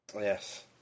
Yes